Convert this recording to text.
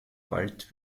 bald